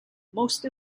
most